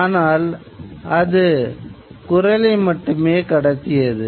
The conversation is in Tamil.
ஆனால் அது குரலை மட்டுமே கடத்தியது